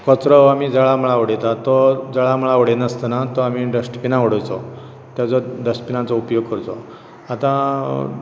कचरो आमी जळमळा उडयतात तो जळामळा उडयनासतना तो आमी डस्टबिनांत उडोवचो तेजो डस्टबिनाचो उपयोग करचो आतां